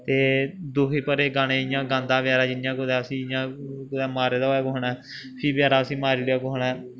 ते दुखी भरे गाने इ'यां गांदा बचैरा जियां कुतै उसी इ'यां कुतै मारे दा होऐ कुसै ने फ्ही बचैरा उसी मारी ओड़ेआ उसी कुसै ने